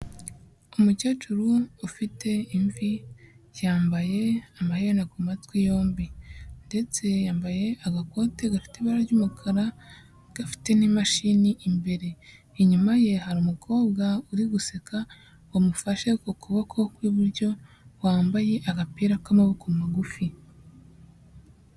Umukecuru ufite imvi, yambaye amaherena ku matwi yombi, ndetse yambaye agakote gafite ibara ry'umukara, gafite n'imashini imbere. Inyuma ye hari umukobwa uri guseka wamufashe ku kuboko kw'iburyo wambaye agapira k'amaboko magufi.